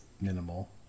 minimal